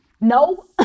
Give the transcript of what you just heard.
No